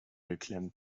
geklemmt